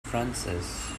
francis